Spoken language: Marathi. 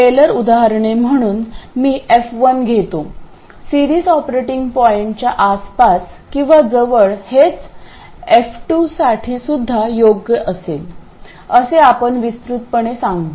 टेलर उदाहरणे म्हणून मी f1 घेतो सिरीज ऑपरेटिंग पॉईंटच्या आसपास किंवा जवळ हेच f2 साठी सुद्धा योग्य असेल असे आपण विस्तृतपणे सांगू